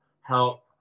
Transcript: help